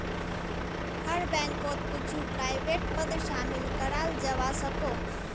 हर बैंकोत कुछु प्राइवेट पद शामिल कराल जवा सकोह